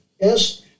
yes